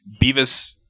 Beavis